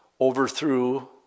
overthrew